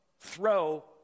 throw